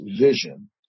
vision